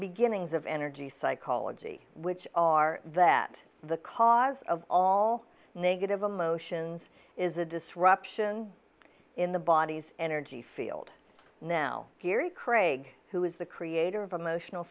beginnings of energy psychology which are that the cause of all negative emotions is a disruption in the body's energy field now geary craig who is the creator of emotional